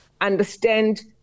understand